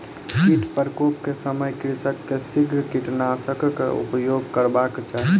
कीट प्रकोप के समय कृषक के शीघ्र कीटनाशकक उपयोग करबाक चाही